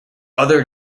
other